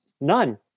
None